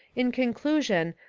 in conclusion,